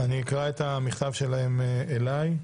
אני אקרא את המכתב שלהם אלי.